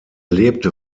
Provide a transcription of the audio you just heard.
lebte